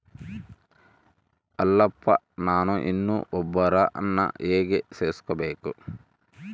ಅಲ್ಲಪ್ಪ ನಾನು ಇನ್ನೂ ಒಬ್ಬರನ್ನ ಹೇಗೆ ಸೇರಿಸಬೇಕು?